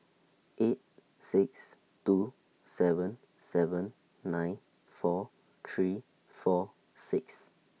eight six two seven seven nine four three four six